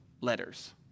letters